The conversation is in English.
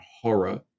horror